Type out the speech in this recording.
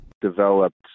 developed